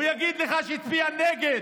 הוא יגיד לך שהצביע נגד.